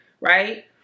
right